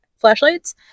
flashlights